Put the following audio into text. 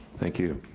thank you.